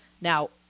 Now